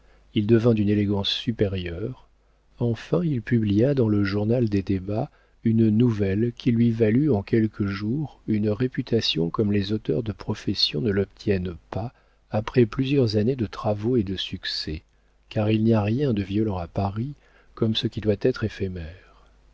il devint d'une élégance supérieure enfin il publia dans le journal des débats une nouvelle qui lui valut en quelques jours une réputation comme les auteurs de profession ne l'obtiennent pas après plusieurs années de travaux et de succès car il n'y a rien de violent à paris comme ce qui doit être éphémère